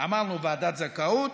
ועדת זכאות,